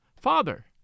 Father